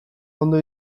ondo